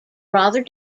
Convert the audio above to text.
rather